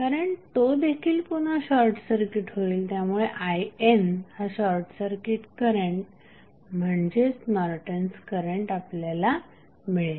कारण तो देखील पुन्हा शॉर्टसर्किट होईल त्यामुळे IN हा शॉर्टसर्किट करंट म्हणजेच नॉर्टन्स करंट आपल्याला मिळेल